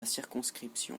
circonscription